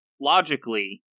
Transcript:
logically